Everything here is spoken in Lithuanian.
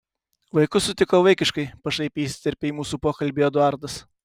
vaikus sutiko vaikiškai pašaipiai įsiterpė į mūsų pokalbį eduardas